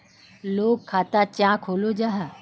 लोग खाता चाँ खोलो जाहा?